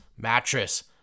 mattress